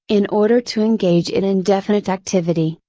in order to engage it in definite activity,